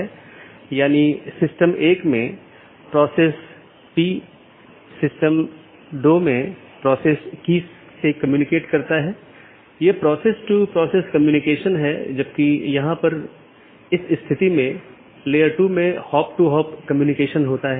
इसका मतलब है कि यह एक प्रशासनिक नियंत्रण में है जैसे आईआईटी खड़गपुर का ऑटॉनमस सिस्टम एक एकल प्रबंधन द्वारा प्रशासित किया जाता है यह एक ऑटॉनमस सिस्टम हो सकती है जिसे आईआईटी खड़गपुर सेल द्वारा प्रबंधित किया जाता है